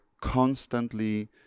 constantly